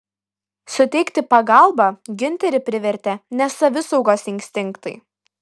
suteikti pagalbą giunterį privertė ne savisaugos instinktai